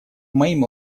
моим